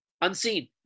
Unseen